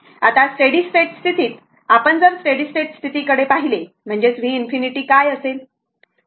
आता steady state स्थितीत आपण जर स्टेडी स्टेट स्थितीकडे पाहिले म्हणजेच v∞ काय असेल